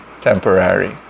temporary